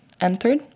entered